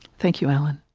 thank you, alan.